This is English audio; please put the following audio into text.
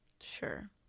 sure